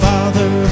Father